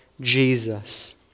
Jesus